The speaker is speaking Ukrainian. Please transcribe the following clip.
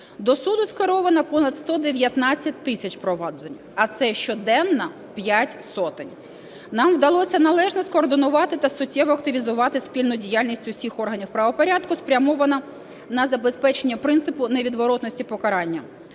До суду скеровано понад 119 тисяч проваджень, а це щоденно 5 сотень. Нам вдалося належно скоординувати та суттєво активізувати спільну діяльність всіх органів правопорядку, спрямовану на забезпечення принципу невідворотності покарання.